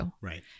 right